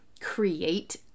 create